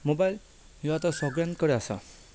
mobile हो आतां सगळ्यां कडेन आसा